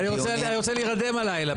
אני רוצה להירדם הלילה פשוט.